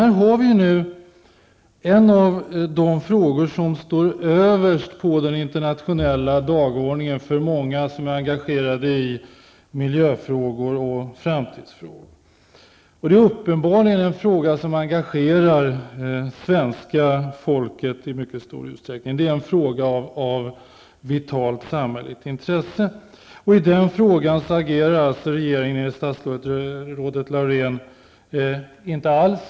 Här har vi ju en av de frågor som står överst på den internationella dagordningen för många som är engagerade i miljöoch framtidsfrågor. Det här är uppenbarligen en fråga som engagerar svenska folket i mycket stor utsträckning. Frågan är av vitalt samhälleligt intresse. Och i denna fråga agerar regeringen, enligt vad statsrådet Laurén säger, inte alls.